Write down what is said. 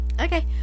Okay